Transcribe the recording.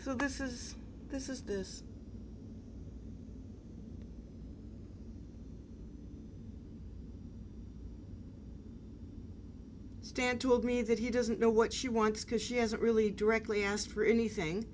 so this is this is this stan told me that he doesn't know what she wants because she hasn't really directly asked for anything